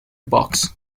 box